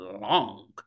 long